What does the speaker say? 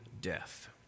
death